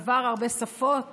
דיבר הרבה שפות,